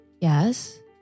Yes